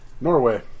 Norway